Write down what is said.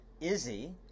Izzy